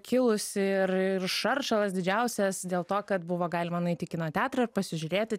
kilusi ir ir šaršalas didžiausias dėl to kad buvo galima nueit į kino teatrą ir pasižiūrėti